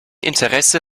interesse